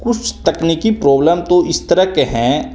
कुछ तकनीकी प्रोबलम तो इस तरह के हैं